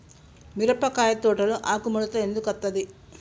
మిరపకాయ తోటలో ఆకు ముడత ఎందుకు అత్తది?